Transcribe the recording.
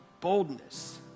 boldness